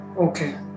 Okay